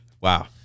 Wow